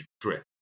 drift